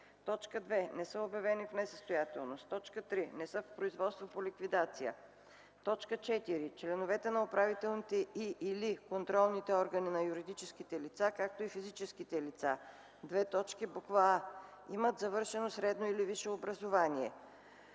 2. не са обявени в несъстоятелност; 3. не са в производство по ликвидация; 4. членовете на управителните и/или контролните органи на юридическите лица, както и физическите лица: а) имат завършено средно или висше образование;